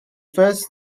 first